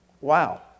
Wow